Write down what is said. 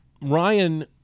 Ryan –